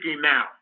now